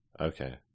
Okay